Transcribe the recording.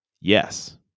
Yes